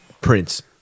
Prince